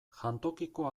jantokiko